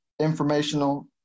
informational